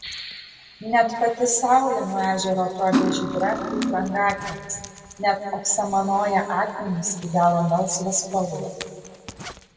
net pati saulė nuo ežero atrodė žydra kaip brangakmenis net apsamanoję akmenys įgavo melsvą spalvą